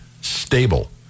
stable